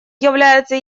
является